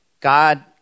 God